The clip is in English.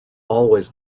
always